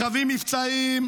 רכבים מבצעיים,